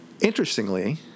Interestingly